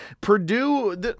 Purdue